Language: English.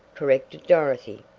corrected dorothy.